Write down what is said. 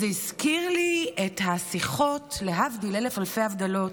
זה הזכיר לי את השיחות, להבדיל אלף אלפי הבדלות,